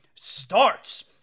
starts